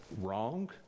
wrong